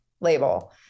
label